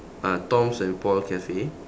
uh tom's and paul cafe